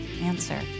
answer